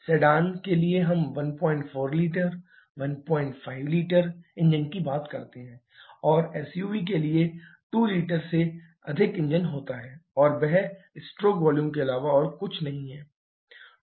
sedan के लिए हम 14 लीटर 15 लीटर इंजन की बात करते हैं और एसयूवी के लिए 2 लीटर से अधिक इंजन होता है और वह स्ट्रोक वॉल्यूम के अलावा और कुछ नहीं है